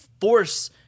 force